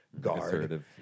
Guard